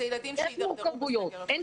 אלה ילדים שהידרדרו בסגר הקודם.